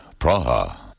Praha